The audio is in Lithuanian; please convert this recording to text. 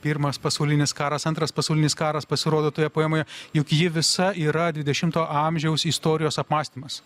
pirmas pasaulinis karas antras pasaulinis karas pasirodo toje poemoje juk ji visa yra dvidešimto amžiaus istorijos apmąstymas